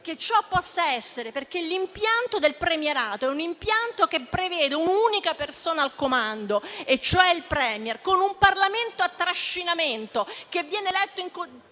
perché l'impianto del premierato, che prevede un'unica persona al comando, cioè il *Premier*, con un Parlamento a trascinamento che viene eletto con una